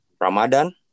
Ramadan